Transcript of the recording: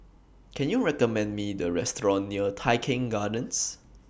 Can YOU recommend Me A Restaurant near Tai Keng Gardens